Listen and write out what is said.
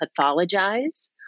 pathologize